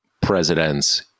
presidents